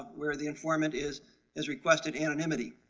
where the informant is is requested anonymity